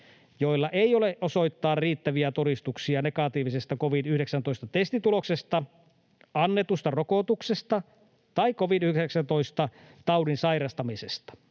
joilla ei ole osoittaa riittäviä todistuksia negatiivisesta covid-19-testituloksesta, annetusta rokotuksesta tai covid-19-taudin sairastamisesta.”